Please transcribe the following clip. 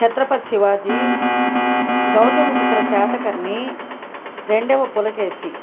ఛత్రపతి శివాజీ గౌతమిపుత్ర శాతకర్ణి రెండవ పులకేసి